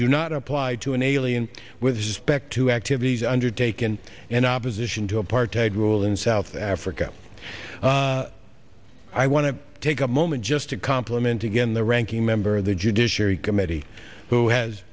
do not apply to an alien with respect to activities undertaken in opposition to apartheid rule in south africa i want to take a moment just to compliment again the ranking member of the judiciary committee who has